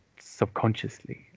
subconsciously